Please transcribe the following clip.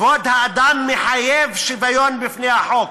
כבוד האדם מחייב שוויון בפני החוק.